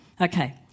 Okay